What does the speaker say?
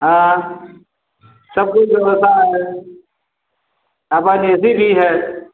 हाँ सब कुछ व्यवस्था है वहाँ पे ए सी भी है